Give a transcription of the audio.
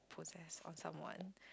possess on someone